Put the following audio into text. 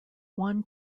one